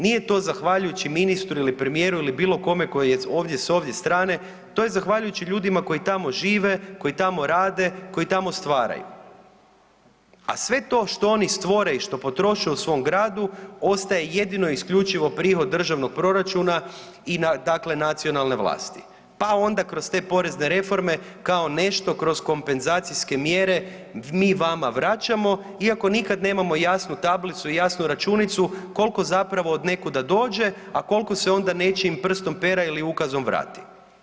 Nije to zahvaljujući ministru ili premijeru ili bilo kome koji je ovdje s ove strane, to je zahvaljujući ljudima koji tamo žive, koji tamo rade, koji tamo stvaraju, a sve to što oni stvore i što potroše u svom gradu ostaje jedino isključivo prihod državnog proračuna i nacionalne vlasti pa onda kroz te porezne reforme kao nešto kroz kompenzacijske mjere mi vama vraćamo, iako nikad nemamo jasnu tablicu i jasnu računicu koliko zapravo od nekuda dođe, a koliko se onda nečijim prstom pere ili ukazom vrati.